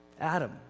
Adam